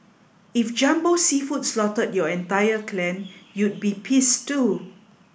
if Jumbo Seafood slaughtered your entire clan you'd be pissed too